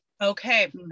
Okay